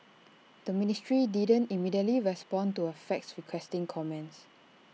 the ministry didn't immediately respond to A fax requesting comments